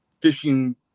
fishing